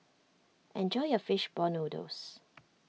enjoy your Fish Ball Noodles